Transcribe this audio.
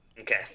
Okay